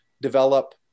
develop